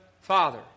Father